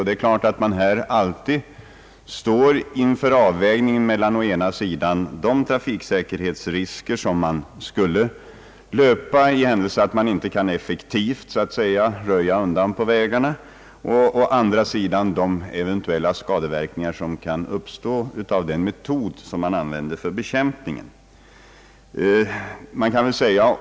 Det är klart att man här alltid står inför avvägningen mellan å ena sidan de trafiksäkerhetsrisker som uppstår i fall man inte kan effektivt röja undan på vägarna och å andra sidan de eventuella skadeverkningar som kan uppkomma av den metod man använder för bekämpningen.